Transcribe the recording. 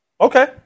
Okay